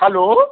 hello